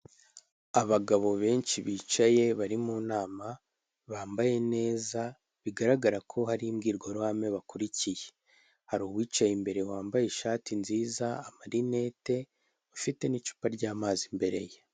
Abagabo benshi bicaye, bari mu nama, bambaye neza, bigaragara ko hari imbwirwaruhame bakurikiye, hari uwicaye imbere wambaye ishati nziza, amarinete, ufite n'icupa ry'amazi imbere ye.